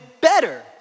better